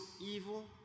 evil